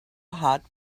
hot